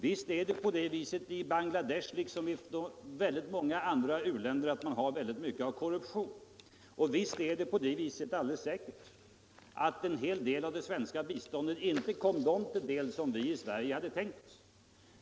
Visst finns det i Bangladesh liksom i väldigt många andra u-länder korruption. Och alldeles säkert är det riktigt att en hel del av det svenska biståndet inte kom dem till del som vi i Sverige hade tänkt oss.